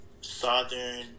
southern